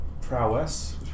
prowess